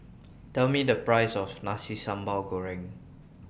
Tell Me The Price of Nasi Sambal Goreng